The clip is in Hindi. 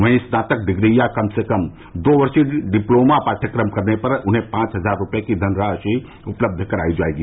वहीं स्नातक डिग्री या कम से कम दो वर्षीया डिप्लोमा पाढ़यक्रम करने पर उन्हें पांच हजार रूपये की धनराशि उपलब्ध कराई जायेगी